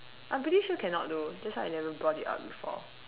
I'm pretty sure cannot though that's why I never brought it up before